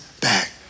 back